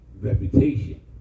reputation